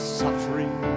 suffering